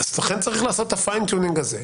לכן, צריך לעשות את הפיין-טיונינג הזה.